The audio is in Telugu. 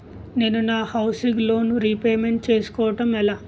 నేను నా హౌసిగ్ లోన్ రీపేమెంట్ చేసుకోవటం ఎలా?